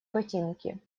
ботинки